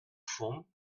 fond